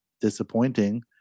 disappointing